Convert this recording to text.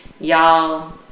y'all